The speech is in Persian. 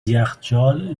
یخچال